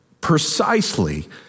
precisely